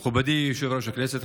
מכובדי יושב-ראש הכנסת,